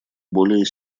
более